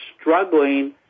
struggling